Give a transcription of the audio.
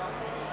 Благодаря